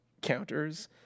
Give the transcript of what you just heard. counters